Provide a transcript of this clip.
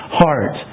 heart